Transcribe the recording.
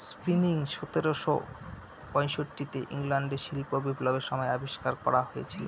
spinning সতেরোশো পয়ষট্টি তে ইংল্যান্ডে শিল্প বিপ্লবের সময় আবিষ্কার করা হয়েছিল